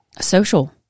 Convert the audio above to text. social